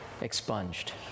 expunged